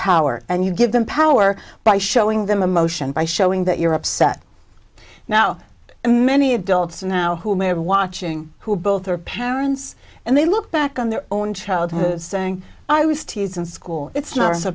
power and you give them power by showing them emotion by showing the you're upset now a many adults now who may have watching who both are parents and they look back on their own childhood saying i was teased in school it's not so